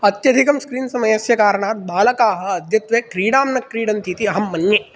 अत्यधिकं स्क्रीन् समयस्य कारणात् बालकाः अद्यत्वे क्रीडां न क्रीडन्ति इति अहं मन्ये